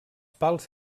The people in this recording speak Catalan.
pals